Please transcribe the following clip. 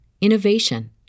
innovation